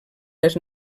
les